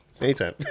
anytime